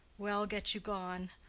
well, get you gone.